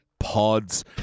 Pods